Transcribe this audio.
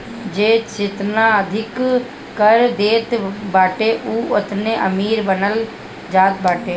जे जेतना अधिका कर देत बाटे उ ओतने अमीर मानल जात बाटे